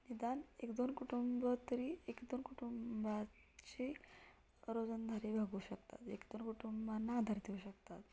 निदान एकदोन कुटुंब तरी एक दोन कुटुंबाची रोजंदारी भागू शकतात एक दोन कुटुंबांना आधार देऊ शकतात